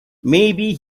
maybe